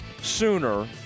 sooner